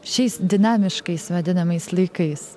šiais dinamiškais vadinamais laikais